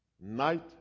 night